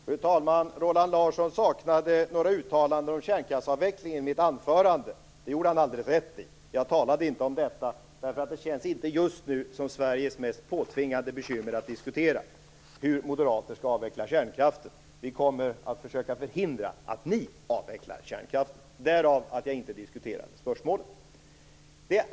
Fru talman! Roland Larsson saknade några uttalanden om kärnkraftsavvecklingen i mitt anförande. Det gjorde han alldeles rätt i. Jag talade inte om detta, eftersom det just nu inte känns som Sveriges mest påtvingande bekymmer att diskutera hur moderater skall avveckla kärnkraften. Vi kommer att försöka förhindra att ni avvecklar kärnkraften. Därav att jag inte diskuterade spörsmålet.